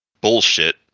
bullshit